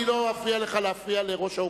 אני לא אפריע לך להפריע לראש האופוזיציה.